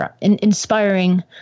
inspiring